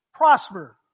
Prosper